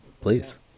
Please